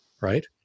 right